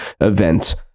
event